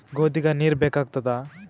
ಗೋಧಿಗ ನೀರ್ ಬೇಕಾಗತದ?